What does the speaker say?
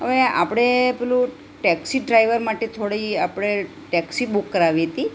હવે આપણે પેલું ટેક્સી ડ્રાઈવર માટે થોડી આપણે ટેક્સી બુક કરાવી હતી